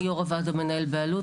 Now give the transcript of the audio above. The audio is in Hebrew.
אני יו"ר הועד המנהל באלו"ט,